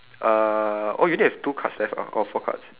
uh oh you only have two cards left ah or four cards